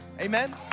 Amen